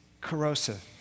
corrosive